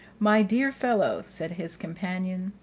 my dear fellow, said his companion,